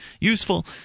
useful